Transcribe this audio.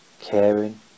caring